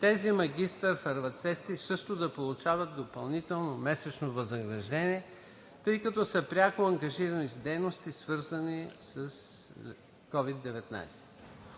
тези магистър-фармацевти също да получават допълнително месечно възнаграждение, тъй като са пряко ангажирани с дейности, свързани с COVID-19.